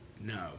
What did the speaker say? No